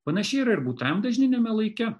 panašiai yra ir būtajam dažniniame laike